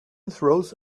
throws